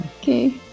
Okay